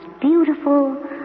beautiful